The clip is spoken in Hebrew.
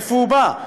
מאיפה הוא בא.